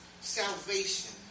salvation